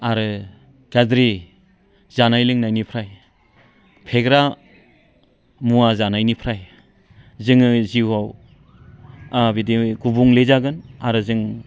आरो गाज्रि जानाय लोंनायनिफ्राय फेग्रा मुवा जानायनिफ्राय जोङो जिउआव बिदि गुबुंले जागोन आरो जों